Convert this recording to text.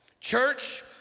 Church